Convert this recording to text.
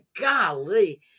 golly